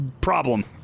problem